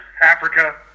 Africa